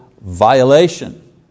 violation